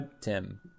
Tim